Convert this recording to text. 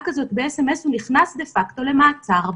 כזאת במסרון הוא נכנס דה פאקטו למעצר בית.